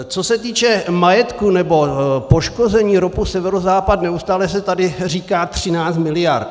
Co se týče majetku nebo poškození ROPu Severozápad, neustále se tady říká 13 miliard.